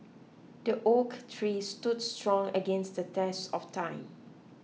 the oak tree stood strong against the test of time